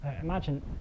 Imagine